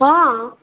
હા